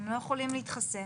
הם לא יכולים להתחסן,